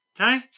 Okay